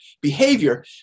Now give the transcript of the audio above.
behavior